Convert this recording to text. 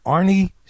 Arnie